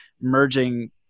merging